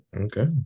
Okay